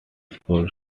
school